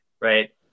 right